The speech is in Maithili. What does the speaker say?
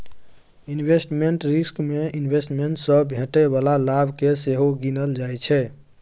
इन्वेस्टमेंट रिस्क मे इंवेस्टमेंट सँ भेटै बला लाभ केँ सेहो गिनल जाइ छै